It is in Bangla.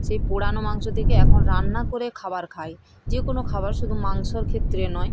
সেই পোড়ানো মাংস থেকে এখন রান্না করে খাবার খায় যে কোনো খাবার শুধু মাংসর ক্ষেত্রে নয়